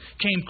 came